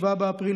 7 באפריל,